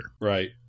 Right